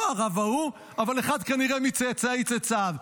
לא הרב ההוא, אבל כנראה אחד מצאצאי צאצאיו.